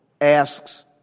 asks